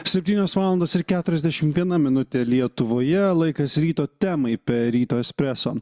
septynios valandos ir keturiasdešim viena minutė lietuvoje laikas ryto temai per ryto espreso